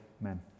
men